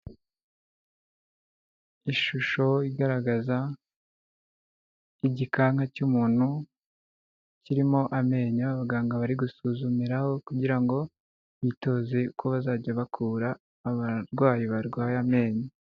Ishusho igaragaza igikanka cy'umuntu kirimo amenyo abaganga bari gusuzumiraho, kugira ngo bitoze uko bazajya bakura abarwayi barwaye amenyo.